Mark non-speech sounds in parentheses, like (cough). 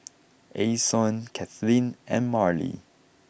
(noise) Ason Cathleen and Marlie